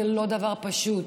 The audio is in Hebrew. זה לא דבר פשוט.